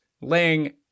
laying